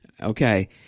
Okay